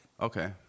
Okay